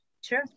Sure